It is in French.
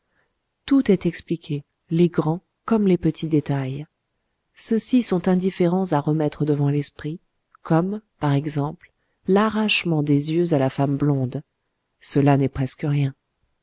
tout est expliqué les grands comme les petits détails ceux-ci sont indifférents à remettre devant l'esprit comme par exemple l'arrachement des yeux à la femme blonde cela n'est presque rien